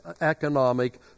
economic